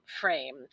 frame